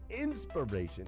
inspiration